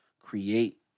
create